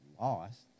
lost